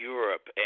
Europe